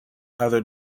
other